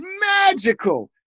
magical